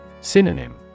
Synonym